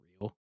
real